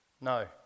No